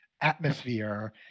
atmosphere